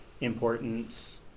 importance